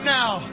now